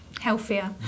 Healthier